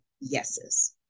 yeses